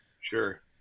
Sure